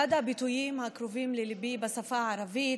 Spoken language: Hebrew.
אחד הביטויים הקרובים לליבי בשפה הערבית: